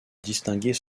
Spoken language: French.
distinguer